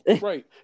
right